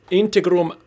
integrum